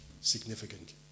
significant